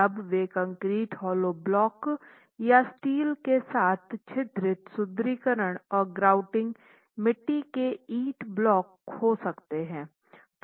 अब वे concrete hollow block या स्टील के साथ छिद्रित सुदृढीकरण और ग्राउटिंग मिट्टी के ईंट ब्लॉक हो सकते हैं